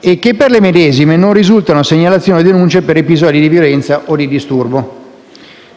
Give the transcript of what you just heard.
e che per le medesime non risultano segnalazioni o denunce per episodi di violenza o di disturbo.